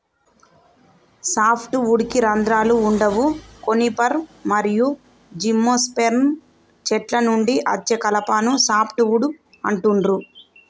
soft వుడ్కి రంధ్రాలు వుండవు కోనిఫర్ మరియు జిమ్నోస్పెర్మ్ చెట్ల నుండి అచ్చే కలపను సాఫ్ట్ వుడ్ అంటుండ్రు